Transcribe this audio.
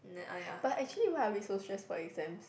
but actually why are we so stress for exams